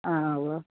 ആ ഉവ്വ്